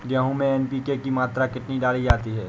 गेहूँ में एन.पी.के की मात्रा कितनी डाली जाती है?